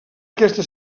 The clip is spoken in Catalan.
aquesta